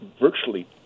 virtually